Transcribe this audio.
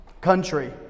country